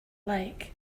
like